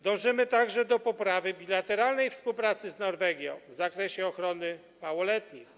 Dążymy także do poprawy bilateralnej współpracy z Norwegią w zakresie ochrony małoletnich.